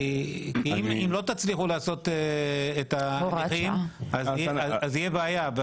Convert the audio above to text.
כי אם לא תצליחו לעשות אז יהיה בעיה.